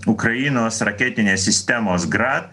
ukrainos raketinės sistemos grad